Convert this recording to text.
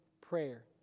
prayer